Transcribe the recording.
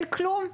אין כלום,